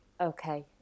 Okay